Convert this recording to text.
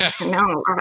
No